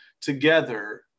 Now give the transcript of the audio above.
together